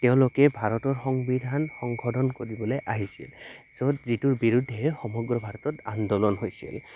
তেওঁলোকে ভাৰতৰ সংবিধান সংশোধন কৰিবলৈ আহিছিল য'ত যিটোৰ বিৰুদ্ধে সমগ্ৰ ভাৰতত আন্দোলন হৈছিল